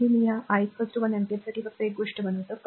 म्हणजे मी या i 1 अँपिअरसाठी फक्त एक गोष्ट बनवतो